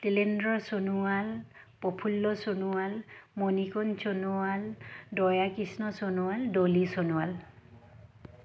Tilendra Sonowal Prafulla Sonowal Manikon Sonowal Dayakrishna Sonowal Dolly Sonowal